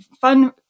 fun